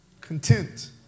content